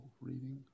reading